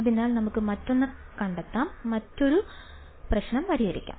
അതിനാൽ നമുക്ക് മറ്റൊന്ന് കണ്ടെത്താം മറ്റൊരു പ്രശ്നം പരിഹരിക്കാം